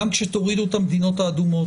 גם כשתורידו את המדינות האדומות,